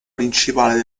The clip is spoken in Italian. principale